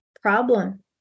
problem